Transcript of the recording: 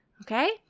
okay